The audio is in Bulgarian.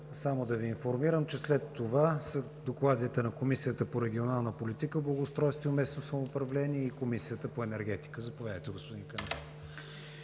Само да Ви информирам, че след това са докладите на Комисията по регионална политика, благоустройство и местно самоуправление и на Комисията по енергетика. Заповядайте, господин Кънев.